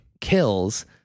kills